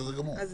אני